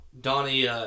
Donnie